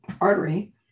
artery